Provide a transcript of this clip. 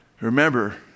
remember